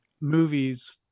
movies